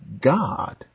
God